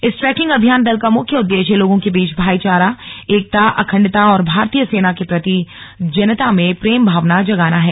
इस ट्रैकिंग अभियान दल का मुख्य उद्देश्य लोगों के बीच भाईचारा एकता अखंडता और भारतीय सेना के प्रति जनता में प्रेम भावना जगाना है